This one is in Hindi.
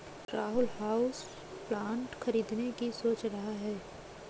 राहुल हाउसप्लांट खरीदने की सोच रहा है